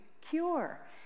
cure